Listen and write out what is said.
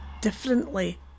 differently